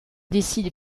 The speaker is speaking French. décide